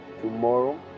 tomorrow